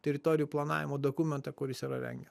teritorijų planavimo dokumentą kuris yra rengia